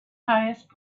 highest